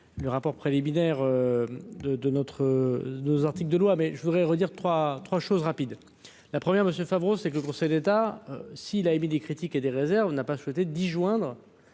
le rapport préliminaire de de notre nos articles de loi mais je voudrais redire 3 3 choses rapides. La première, monsieur Favreau c'est que le Conseil d'État, s'il a émis des critiques et des réserves n'a pas souhaité d'joindre